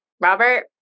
Robert